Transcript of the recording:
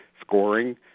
scoring